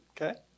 Okay